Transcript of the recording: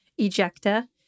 Ejecta